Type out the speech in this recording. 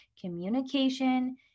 Communication